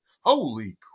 holy